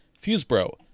Fusebro